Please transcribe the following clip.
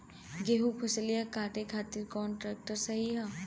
गेहूँक फसल कांटे खातिर कौन ट्रैक्टर सही ह?